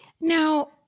now